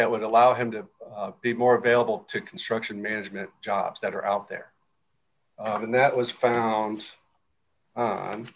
that would allow him to be more available to construction management jobs that are out there and that was found